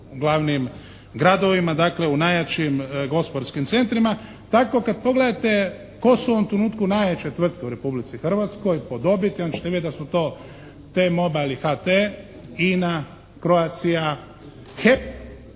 u glavnim gradovima dakle u najjačim gospodarskim centrima. Tako kad pogledate tko su u ovom trenutku najjače tvrtke u Republici Hrvatskoj po dobiti onda ćete vidjeti da su to "T-Mobile" i "HT", "INA", "Croatia", "HEP".